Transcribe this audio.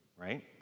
right